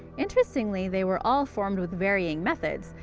interestingly, they were all formed with varying methods,